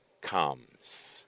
comes